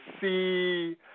see